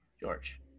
George